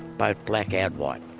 both black and white.